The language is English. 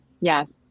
Yes